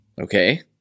Okay